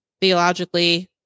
theologically